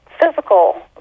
physical